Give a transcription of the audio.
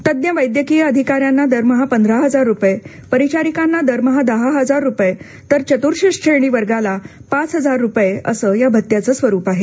तज्ञ वैद्यकीय अधिकाऱ्यांना दरमहा पंधरा हजार रुपये परिचारिकांना दरमहा दहा हजार रुपये तर चतुर्थश्रेणी वर्गाला पाच हजार रुपये असं या भत्त्याचं स्वरूप आहे